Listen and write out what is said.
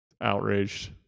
outraged